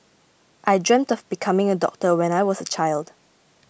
I dreamt of becoming a doctor when I was a child